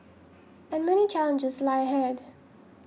and many challenges lie ahead